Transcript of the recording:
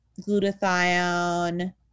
glutathione